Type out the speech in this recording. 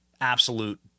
absolute